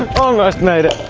almost made it!